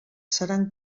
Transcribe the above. seran